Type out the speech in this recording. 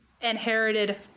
inherited